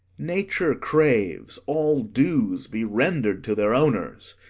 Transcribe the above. nature craves all dues be rend'red to their owners.